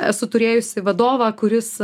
esu turėjusi vadovą kuris